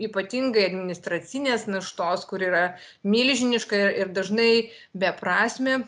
ypatingai administracinės naštos kuri yra milžiniška ir dažnai beprasmė